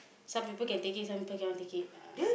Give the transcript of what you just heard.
some people can take it some people cannot take it